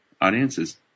audiences